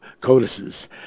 codices